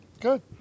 Good